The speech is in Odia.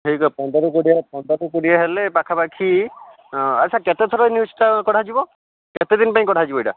ସେଇକଥା ପନ୍ଦରରୁ କୋଡ଼ିଏ ପନ୍ଦରରୁ କୋଡ଼ିଏ ହେଲେ ପାଖା ପାଖି ଆଚ୍ଛା କେତେ ଥର ଏଇ ନ୍ୟୁଜଟା କଢ଼ାଯିବ କେତେଦିନ ପାଇଁ କଢ଼ାଯିବ ଏଇଟା